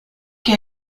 che